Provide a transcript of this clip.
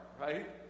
right